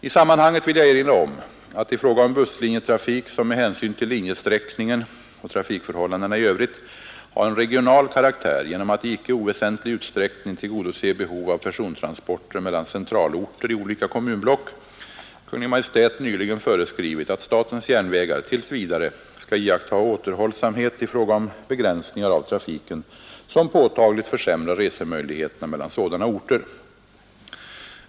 I sammanhanget vill jag erinra om att i fråga om busslinjetrafik, som med hänsyn till linjesträckningen och trafikförhållandena i övrigt har en regional karaktär genom att i icke oväsentlig utsträckning tillgodose behov av persontransporter mellan centralorter i olika kommunblock, Kungl. Maj:t nyligen föreskrivit, att statens järnvägar tills vidare skall iaktta återhållsamhet i fråga om begränsningar av trafiken som påtagligt försämrar resemöjligheterna mellan sådana orter.